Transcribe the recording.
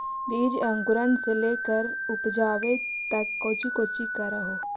बीज अंकुरण से लेकर उपजाबे तक कौची कौची कर हो?